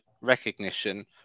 recognition